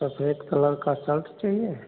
सफेद कलर का शर्ट चाहिए